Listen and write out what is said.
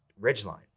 ridgeline